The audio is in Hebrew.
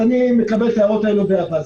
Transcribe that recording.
אני מקבל את ההערות האלו באהבה.